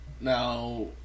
Now